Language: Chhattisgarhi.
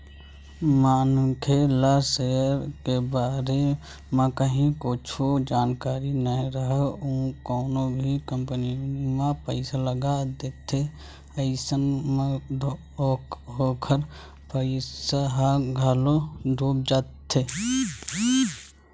मनखे ला सेयर के बारे म काहि कुछु जानकारी नइ राहय अउ कोनो भी कंपनी म पइसा लगा देथे अइसन म ओखर पइसा ह घलोक डूब जाथे